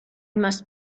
must